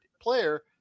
player